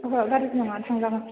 ओहो गारिखौ लांनानै थांजागोन